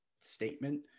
statement